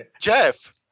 Jeff